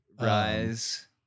rise